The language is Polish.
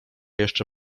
jeszcze